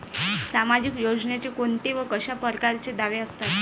सामाजिक योजनेचे कोंते व कशा परकारचे दावे असतात?